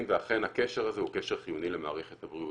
ואכן הקשר הזה הוא קשר חיוני למערכת הבריאות.